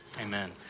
Amen